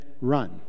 run